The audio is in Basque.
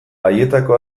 haietako